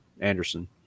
Anderson